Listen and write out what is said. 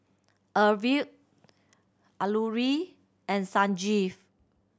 Arvind Alluri and Sanjeev